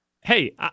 Hey